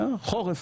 חורף,